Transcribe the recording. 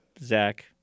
Zach